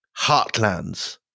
heartlands